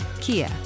Kia